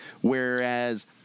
Whereas